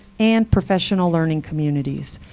and professional learning communities.